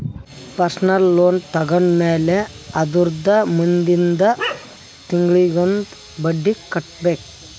personal loan ತೊಂಡಮ್ಯಾಲ್ ಅದುರ್ದ ಮುಂದಿಂದ್ ತಿಂಗುಳ್ಲಿಂದ್ ಬಡ್ಡಿ ಕಟ್ಬೇಕ್